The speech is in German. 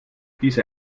diese